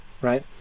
right